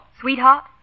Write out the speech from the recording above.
Sweetheart